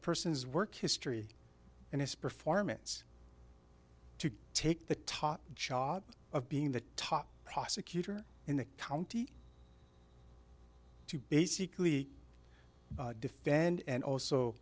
person's work history and his performance to take the top job of being the top prosecutor in the county to basically defend and also